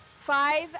Five